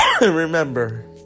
remember